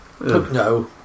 No